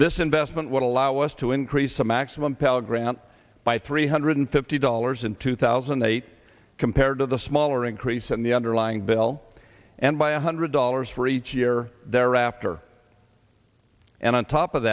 this investment would allow us to increase the maximum pell grant by three hundred fifty dollars in two thousand and eight compared to the smaller increase in the underlying bill and by a hundred dollars for each year thereafter and on top of